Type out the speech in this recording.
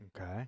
Okay